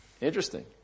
Interesting